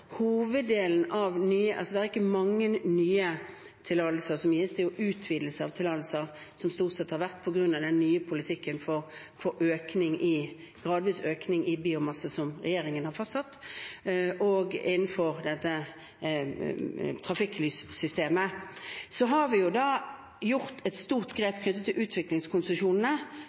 Det er ikke mange nye tillatelser som gis, det er stort sett utvidelser av tillatelser som har vært, på grunn av den nye politikken for gradvis økning i biomasse som regjeringen har fastsatt, innenfor dette trafikklyssystemet. Så har vi gjort et stort grep knyttet til utviklingskonsesjonene,